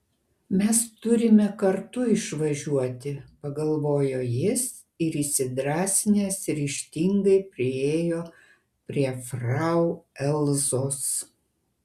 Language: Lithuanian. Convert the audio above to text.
mes turime kartu išvažiuoti pagalvojo jis ir įsidrąsinęs ryžtingai priėjo prie frau elzos